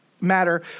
matter